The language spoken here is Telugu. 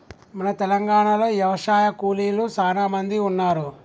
మన తెలంగాణలో యవశాయ కూలీలు సానా మంది ఉన్నారు